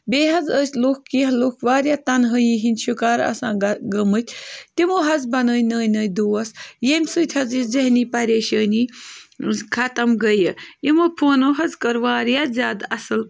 بیٚیہِ حظ ٲسۍ لُکھ کیٚنٛہہ لُکھ واریاہ تَنہٲیی ہِنٛدۍ شِکار آسان گہ گٔمٕتۍ تِمو حظ بَنٲے نٔے نٔے دوس ییٚمہِ سۭتۍ حظ یہِ ذہنی پریشٲنی ختم گٔیہِ یِمو فونو حظ کٔر واریاہ زیادٕ اَصٕل